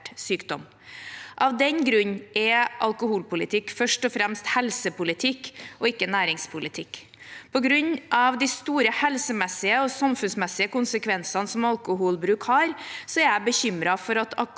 sykdom. Av den grunn er alkoholpolitikk først og fremst helsepolitikk og ikke næringspolitikk. På grunn av de store helsemessige og samfunnsmessige konsekvensene som alkoholbruk har, er jeg bekymret for at